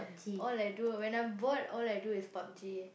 all I do when I'm bored all I do is Pub-G